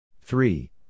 Three